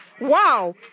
wow